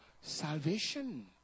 salvation